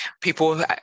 people